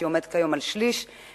שעומדת כיום על שליש,